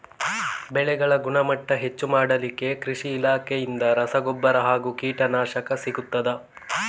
ಬೆಳೆಗಳ ಗುಣಮಟ್ಟ ಹೆಚ್ಚು ಮಾಡಲಿಕ್ಕೆ ಕೃಷಿ ಇಲಾಖೆಯಿಂದ ರಸಗೊಬ್ಬರ ಹಾಗೂ ಕೀಟನಾಶಕ ಸಿಗುತ್ತದಾ?